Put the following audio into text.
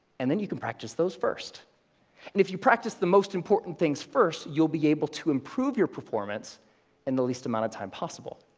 and then you can practice those first. and if you practice the most important things first, you'll be able to improve your performance in the least amount of time possible.